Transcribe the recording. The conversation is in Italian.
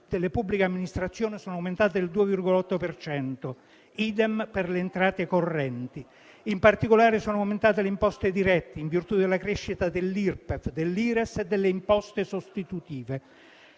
del 2019 delle pubbliche amministrazioni sono aumentate del 2,8 per cento; idem per le entrate correnti. In particolare sono aumentate le imposte dirette, in virtù della crescita dell'Irpef, dell'Ires e delle imposte sostitutive,